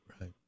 Right